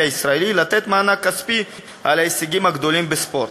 הישראלי לתת מענק כספי על הישגים גדולים בספורט.